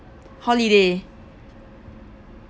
holiday